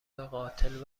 قاتل